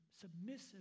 submissive